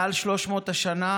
מעל 300 השנה,